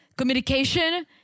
Communication